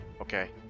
okay